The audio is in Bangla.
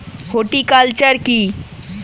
হর্টিকালচার কি?